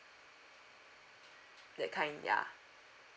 that kind yeah